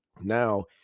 now